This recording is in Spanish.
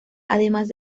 además